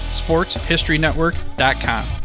sportshistorynetwork.com